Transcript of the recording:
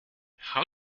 how